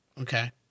Okay